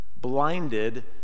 blinded